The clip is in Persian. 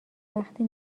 وقتی